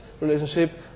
relationship